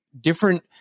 different